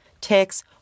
ticks